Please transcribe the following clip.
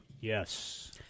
yes